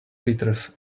liters